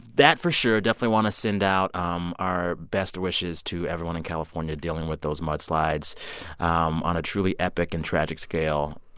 that for sure definitely want to send out um our best wishes to everyone in california dealing with those mudslides um on a truly epic and tragic scale.